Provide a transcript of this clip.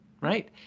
Right